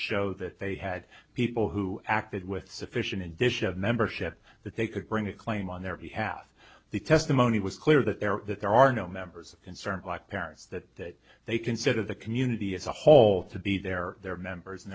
show that they had people who acted with sufficient edition of membership that they could bring a claim on their behalf the testimony was clear that there that there are no members concerned like parents that they consider the community as a whole to be there their members and